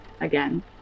again